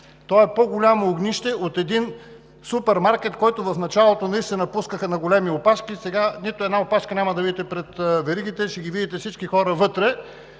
е по-голямо огнище от един супермаркет, в който в началото наистина пускаха на големи опашки, сега няма нито една опашка да видите пред веригите, а ще видите всички хора вътре,